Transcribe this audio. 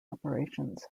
operations